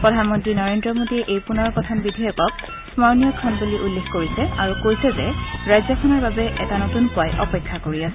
প্ৰধানমন্ত্ৰী নৰেন্দ্ৰ মোদীয়ে এই পুনৰ গঠন বিধেয়কক স্মৰণীয় ক্ষণ বুলি উল্লেখ কৰিছে আৰু কৈছে যে ৰাজ্যখনৰ বাবে নতুন পুৱাই অপেক্ষা কৰি আছে